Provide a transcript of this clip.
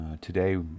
today